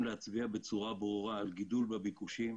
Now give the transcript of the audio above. להצביע בצורה ברורה על גידול בביקושים.